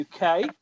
UK